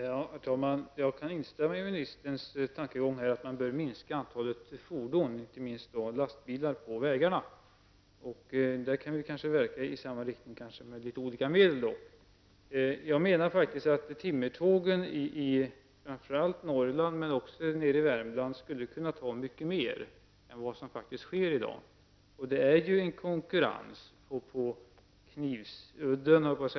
Herr talman! Jag kan instämma i kommunikationsministerns tankegångar om att man bör minska antalet fordon, och inte minst antalet lastbilar, på vägarna. Vi kanske kan verka i samma riktning med litet olika medel. Jag menar att timmertågen i framför allt Norrland men också i Värmland skulle kunna frakta mycket mer än vad som är fallet i dag. Det är många gånger en knivskarp konkurrens.